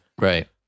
Right